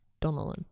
Donnellan